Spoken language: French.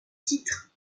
titre